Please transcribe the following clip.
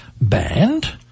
Band